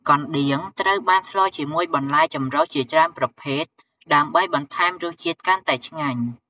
កណ្ដៀងត្រូវបានស្លជាមួយបន្លែចម្រុះជាច្រើនប្រភេទ ដើម្បីបន្ថែមរសជាតិកាន់តែឆ្ងាញ់។